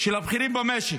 של הבכירים במשק.